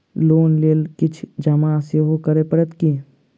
Loan लेल किछ जमा सेहो करै पड़त की?